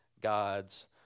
God's